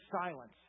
silence